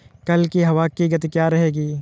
कल की हवा की गति क्या रहेगी?